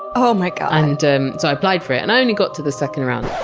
um like ah and um so, i applied for it and only got to the second round.